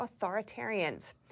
authoritarians